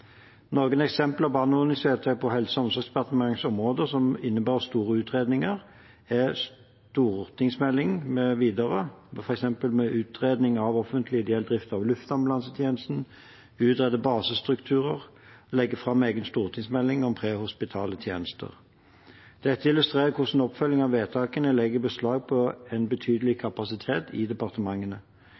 Noen eksempler på anmodningsvedtak på Helse- og omsorgsdepartementets område som innebærer store utredninger, er stortingsmeldinger m.v., f.eks. med utredning av offentlig/ideell drift av luftambulansetjenesten, å utrede basestrukturer og å legge fram egen stortingsmelding om prehospitale tjenester. Dette illustrerer hvordan oppfølging av vedtakene legger beslag på en betydelig kapasitet i departementene.